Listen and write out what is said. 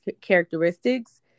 characteristics